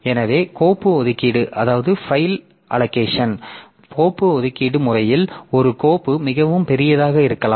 எனவே கோப்பு ஒதுக்கீட்டு முறையில் ஒரு கோப்பு மிகவும் பெரியதாக இருக்கலாம்